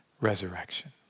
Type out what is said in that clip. resurrection